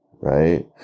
Right